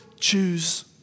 choose